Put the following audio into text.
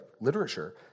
literature